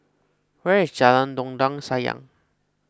where is Jalan Dondang Sayang